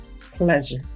pleasure